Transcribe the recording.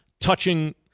touching